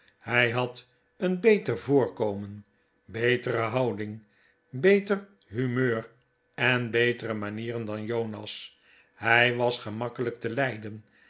hij had een beter voorkomen betere houding beter humeur en betere manieren dan jonas hij was gemakkelijk te leiden